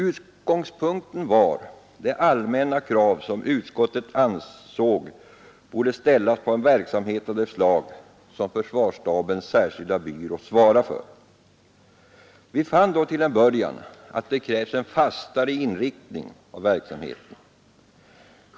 Utgångspunkten var de allmänna krav som utskottet ansåg borde ställas på en verksamhet av det slag som försvarsstabens särskilda byrå svarar för. Vi fann då till en början att det krävs en fastare inriktning av verksamheten.